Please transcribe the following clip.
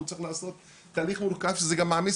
הוא צריך לעשות תהליך מורכב שזה גם מעמיס